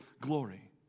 glory